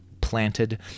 planted